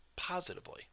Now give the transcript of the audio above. Positively